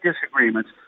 disagreements